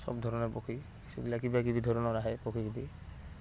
চব ধৰণৰ পক্ষী কিছুগিলাক কিবাকিবি ধৰণৰ আহে পক্ষী সেহেঁতি